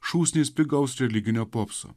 šūsnys pigaus religinio popso